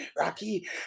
Rocky